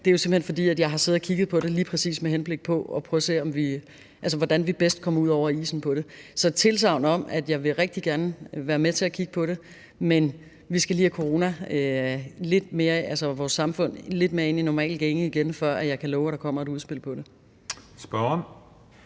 er det simpelt hen, fordi jeg har siddet og kigget på den lige præcis med henblik på at prøve at se, hvordan vi bedst kommer ud over isen med det. Så det er et tilsagn om, at jeg rigtig gerne vil være med til at kigge på det, men vi skal lige have vores samfund lidt mere ind i normal gænge igen, før jeg kan love, at der kommer et udspil om det. Kl.